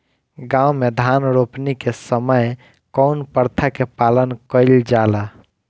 गाँव मे धान रोपनी के समय कउन प्रथा के पालन कइल जाला?